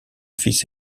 fils